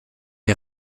des